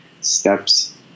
steps